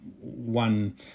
one